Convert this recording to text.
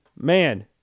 Man